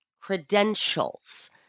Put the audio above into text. credentials